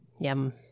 Yum